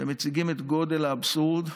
והם מציגים את גודל האבסורד,